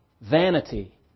vanity